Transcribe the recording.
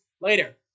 later